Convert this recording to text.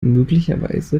möglicherweise